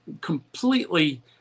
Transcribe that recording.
completely